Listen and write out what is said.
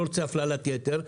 שלא רוצה הפללת יתר,